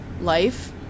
life